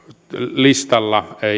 listalla